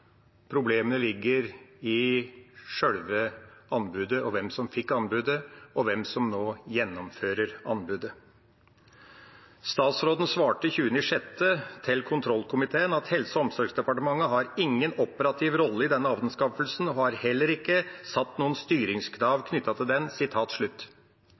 Problemene ligger i sjølve anbudet, hvem som fikk anbudet, og hvem som nå gjennomfører anbudet. Statsråden svarte kontroll- og konstitusjonskomiteen den 20. juni: «Helse- og omsorgsdepartementet har ingen operativ rolle i denne anskaffelsen, og har heller ikke satt noen styringskrav